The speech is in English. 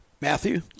Matthew